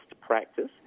practice